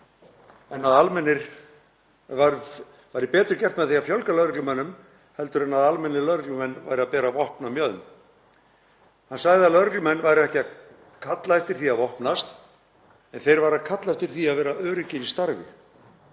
og það væri betur gert með því að fjölga lögreglumönnum heldur en að almennir lögreglumenn væru að bera vopn á mjöðm. Hann sagði að lögreglumenn væru ekki að kalla eftir því að vopnast en þeir væru að kalla eftir því að vera öruggir í starfi.